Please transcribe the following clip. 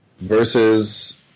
Versus